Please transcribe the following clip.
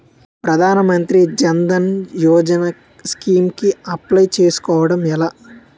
ప్రధాన మంత్రి జన్ ధన్ యోజన స్కీమ్స్ కి అప్లయ్ చేసుకోవడం ఎలా?